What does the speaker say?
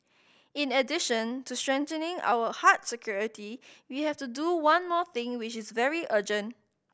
in addition to strengthening our hard security we have to do one more thing which is very urgent